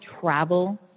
travel